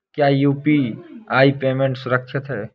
क्या UPI payment सुरक्षित है?